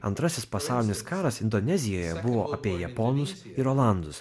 antrasis pasaulinis karas indonezijoje buvo apie japonus ir olandus